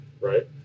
right